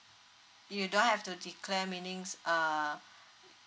you don't have to declare meanings uh